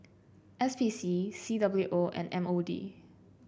S P C C W O and M O D